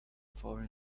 far